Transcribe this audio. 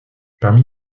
parmi